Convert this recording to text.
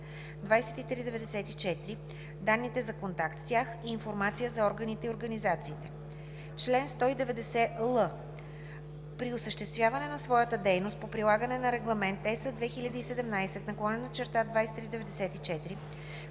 2017/2394, данните за контакт с тях и информация за органите и организациите. Чл. 190л. При осъществяване на своята дейност по прилагане на Регламент (ЕС) 2017/2394